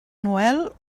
noel